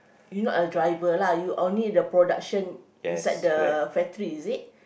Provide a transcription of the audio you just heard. you not a driver lah you only the production inside the factory is it